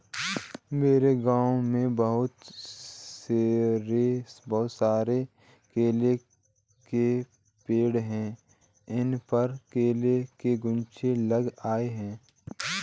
मेरे गांव में बहुत सारे केले के पेड़ हैं इन पर केले के गुच्छे लगे हुए हैं